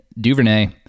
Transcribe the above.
Duvernay